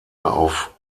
auf